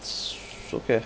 it's okay